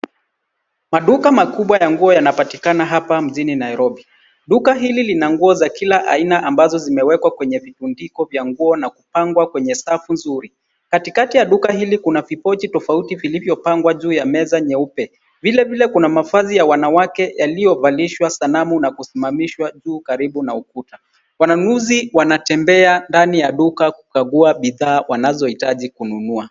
Maduka makubwa ya nguo yanapatikana hapa mjini Nairobi. Duka hili lina nguo za kila aina ambazo zimewekwa kwenye vibandiko vya nguo na kupangwa kwenye safu nzuri. Katikati ya duka hili kuna vipochi tofauti vilivyopangwa juu ya meza nyeupe. Vilevile kuna mavazi ya wanawake yaliyovalishwa sanamu na kusimamishwa juu, karibu na ukuta. Wanunuzi wanatembea ndani ya duka kukagua bidhaa wanazohitaji kununua.